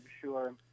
sure